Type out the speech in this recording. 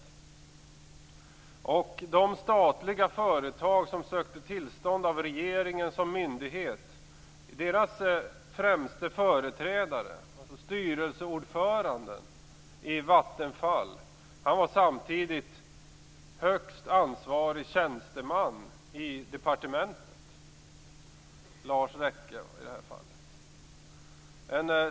Den främste företrädaren för ett av de statliga företag som sökte tillstånd av regeringen som myndighet - styrelseordföranden i Vattenfall - var samtidigt högste ansvarige tjänsteman i departementet. Det var Lars Rekke i detta fall.